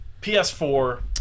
PS4